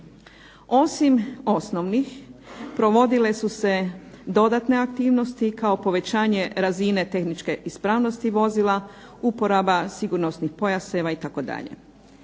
Osim osnovnih provodile su se dodatne aktivnosti, kao povećanje razine tehničke ispravnosti vozila, uporaba sigurnosnih pojaseva itd.